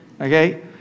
Okay